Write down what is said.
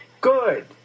Good